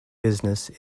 business